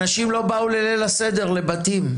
אנשים לא באו לליל הסדר לבתים.